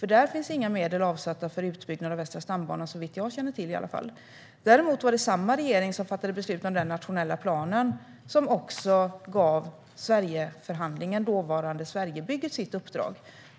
Där finns inga medel avsatta för utbyggnad av Västra stambanan, såvitt jag känner till i alla fall. Däremot var det samma regering som fattade beslut om den nationella plan som också gav Sverigeförhandlingen, dåvarande Sverigebygget, dess uppdrag.